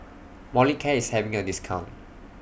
Molicare IS having A discount